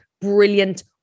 brilliant